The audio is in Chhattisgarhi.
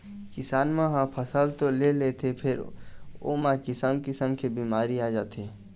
किसान मन ह फसल तो ले लेथे फेर ओमा किसम किसम के बिमारी आ जाथे